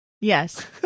Yes